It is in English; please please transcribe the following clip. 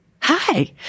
Hi